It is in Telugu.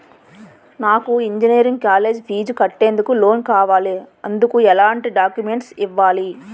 నాకు ఇంజనీరింగ్ కాలేజ్ ఫీజు కట్టేందుకు లోన్ కావాలి, ఎందుకు ఎలాంటి డాక్యుమెంట్స్ ఇవ్వాలి?